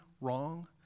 wrong